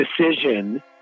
decision